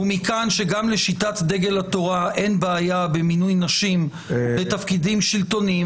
ומכאן שגם לשיטת דגל התורה אין בעיה במינוי נשים לתפקידים שלטוניים,